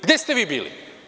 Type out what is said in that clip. Gde ste vi bili?